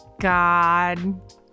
God